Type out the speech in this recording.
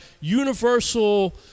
universal